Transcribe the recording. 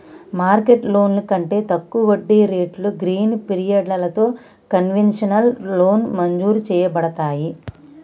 market లోన్లు కంటే తక్కువ వడ్డీ రేట్లు గ్రీస్ పిరియడలతో కన్వెషనల్ లోన్ మంజురు చేయబడతాయి